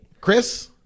Chris